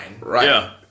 right